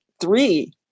three